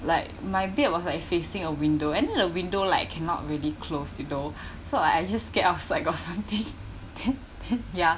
like my bed was like facing a window and then window like cannot really close you know so I just scared outside got something ya